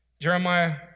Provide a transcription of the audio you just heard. Jeremiah